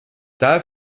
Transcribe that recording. daher